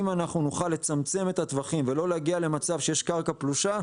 אם אנחנו נוכל לצמצם את הטווחים ולא להגיע למצב שיש קרקע פלושה,